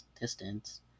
distance